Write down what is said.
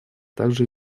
также